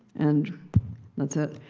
and that's it.